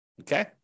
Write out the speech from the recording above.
okay